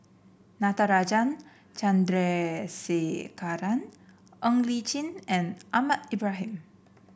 Natarajan Chandrasekaran Ng Li Chin and Ahmad Ibrahim